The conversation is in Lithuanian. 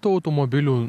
tų automobilių